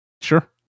Sure